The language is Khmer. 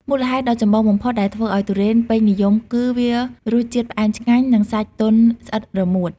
មូលហេតុដ៏ចម្បងបំផុតដែលធ្វើឲ្យទុរេនពេញនិយមគឺ វារសជាតិផ្អែមឆ្ងាញ់ និងសាច់ទន់ស្អិតរមួត។